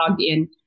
login